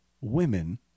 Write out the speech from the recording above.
women